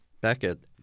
Beckett